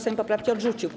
Sejm poprawki odrzucił.